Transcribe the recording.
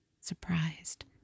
surprised